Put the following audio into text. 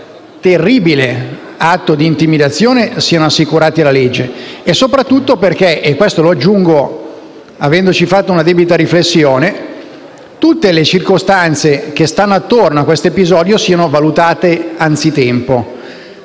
terribile atto di intimidazione siano assicurati alla legge e soprattutto perché (e questo lo aggiungo avendoci fatto una debita riflessione) tutte le circostanze che stanno attorno a questo episodio siano valutate per tempo.